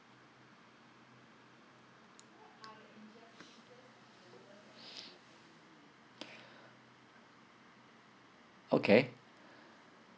okay